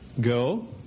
go